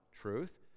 truth